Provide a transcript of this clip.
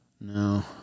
No